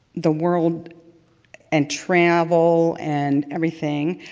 the world and travel, and everything,